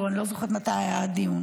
או אני לא זוכרת מתי היה הדיון?